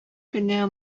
кенә